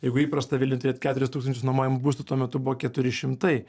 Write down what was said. jeigu įprasta vilniuj turėt keturis tūkstančius nuomojamų būstų tuo metu buvo keturi šimtai